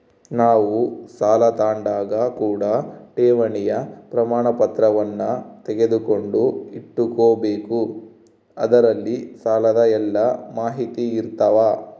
ನಾವು ಸಾಲ ತಾಂಡಾಗ ಕೂಡ ಠೇವಣಿಯ ಪ್ರಮಾಣಪತ್ರವನ್ನ ತೆಗೆದುಕೊಂಡು ಇಟ್ಟುಕೊಬೆಕು ಅದರಲ್ಲಿ ಸಾಲದ ಎಲ್ಲ ಮಾಹಿತಿಯಿರ್ತವ